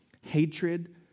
hatred